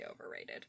overrated